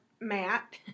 Matt